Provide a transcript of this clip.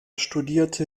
studierte